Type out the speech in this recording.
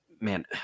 man